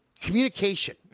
communication